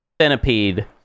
Centipede